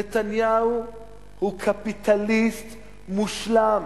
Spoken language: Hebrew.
כי נתניהו הוא קפיטליסט מושלם.